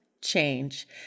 change